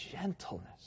gentleness